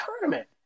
tournament